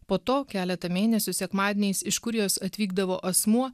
po to keletą mėnesių sekmadieniais iš kurijos atvykdavo asmuo